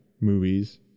movies